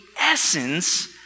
essence